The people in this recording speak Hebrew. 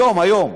היום, היום,